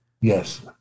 Yes